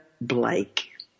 Blake